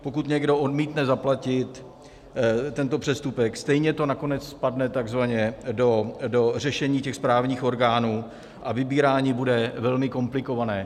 Pokud někdo odmítne zaplatit tento přestupek, stejně to nakonec spadne takzvaně do řešení správních orgánů a vybírání bude velmi komplikované.